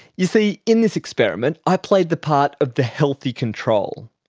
you see, in this experiment i played the part of the healthy control.